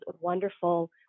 wonderful